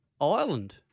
Ireland